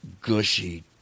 gushy